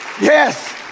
Yes